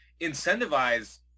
incentivize